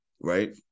right